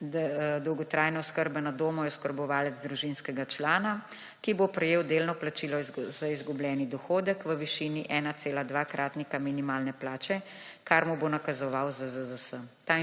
dolgotrajne oskrbe na domu je oskrbovalec družinskega člana, ki bo prejel delno plačilo za izgubljeni dohodek v višini 1,2-krantika minimalne plače, kar mu bo nakazoval ZZZS.